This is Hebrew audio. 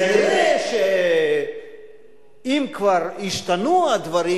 כנראה שאם כבר השתנו הדברים,